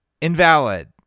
Invalid